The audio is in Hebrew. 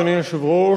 אדוני היושב-ראש,